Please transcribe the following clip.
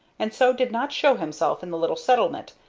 and so did not show himself in the little settlement,